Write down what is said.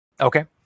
Okay